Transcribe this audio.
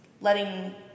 letting